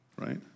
right